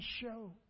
show